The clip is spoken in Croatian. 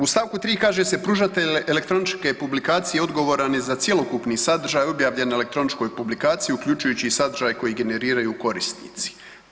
U stavku 3. kaže se pružatelj elektroničke publikacije odgovoran je za cjelokupni sadržaj objavljen u elektroničkoj publikaciji uključujući i sadržaj koji generiraju korisnici.